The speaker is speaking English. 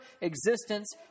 existence